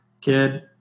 kid